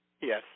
Yes